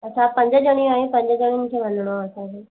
असां पंज ॼणियूं आहियूं पंज ॼणियुनि खे वञिणो आहे असांखे